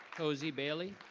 cozy bailey.